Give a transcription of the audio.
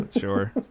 sure